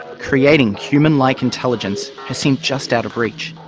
creating human-like intelligence has seemed just out of reach.